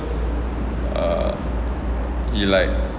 uh he like